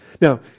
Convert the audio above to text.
Now